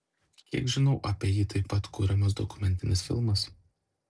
kiek žinau apie jį taip pat kuriamas dokumentinis filmas